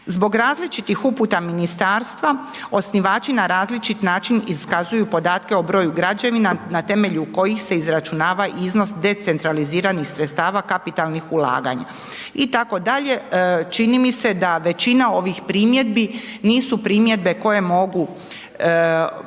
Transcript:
Zbog različitih uputa ministarstva osnivači na različit način iskazuju podatke o broju građevina, na temelju koji se obračunava iznos decentraliziranih sredstava kapitalnih ulaganja itd. Čini mi se da većina ovih primjedbi, nisu primjedbe koje mogu